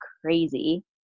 crazy